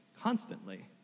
constantly